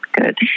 good